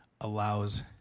allows